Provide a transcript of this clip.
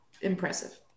impressive